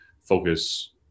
focus